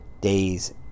days